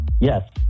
Yes